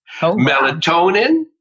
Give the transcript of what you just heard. melatonin